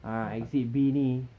ah exit B ni